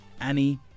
Annie